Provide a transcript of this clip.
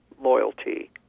loyalty